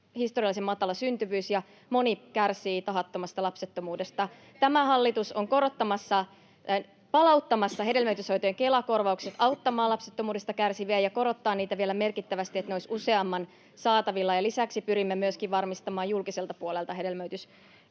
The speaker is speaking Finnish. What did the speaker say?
historiallisen matala syntyvyys ja moni kärsii tahattomasta lapsettomuudesta. [Juho Eerola: Kelatkaa sitä!] Tämä hallitus on palauttamassa hedelmöityshoitojen Kela-korvaukset auttamaan lapsettomuudesta kärsiviä ja korottaa niitä vielä merkittävästi, niin että ne olisivat useamman saatavilla, ja lisäksi pyrimme myöskin varmistamaan julkiselta puolelta hedelmöityshoitojen